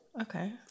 Okay